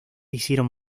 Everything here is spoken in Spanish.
hicieron